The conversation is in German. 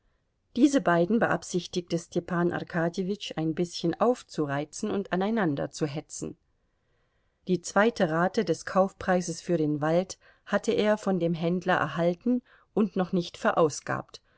diese beiden beabsichtigte stepan arkadjewitsch ein bißchen aufzureizen und aneinanderzuhetzen die zweite rate des kaufpreises für den wald hatte er von dem händler erhalten und noch nicht verausgabt